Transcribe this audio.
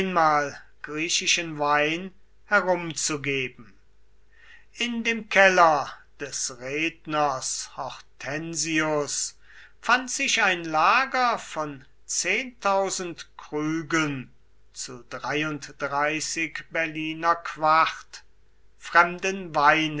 einmal griechischen wein herumzugeben in dem keller des redners hortensius fand sich ein lager von krügen zu berliner